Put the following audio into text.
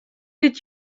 did